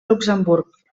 luxemburg